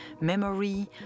memory